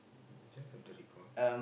maybe just the recall